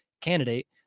candidate